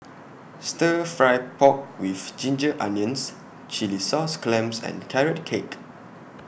Stir Fry Pork with Ginger Onions Chilli Sauce Clams and Carrot Cake